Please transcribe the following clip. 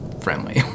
friendly